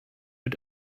mit